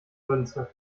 münze